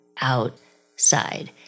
outside